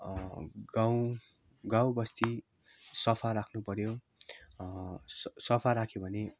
गाउँ गाउँबस्ती सफा राख्नु पर्यो स सफा राख्यो भने